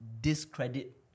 Discredit